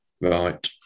Right